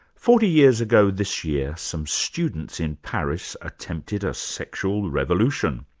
forty years ago this year, some students in paris attempted a sexual revolution.